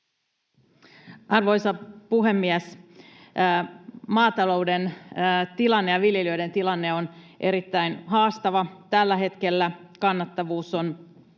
Arvoisa puhemies! Maatalouden tilanne ja viljelijöiden tilanne on erittäin haastava. Tällä hetkellä kannattavuus on kuopassa